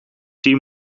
team